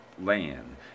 land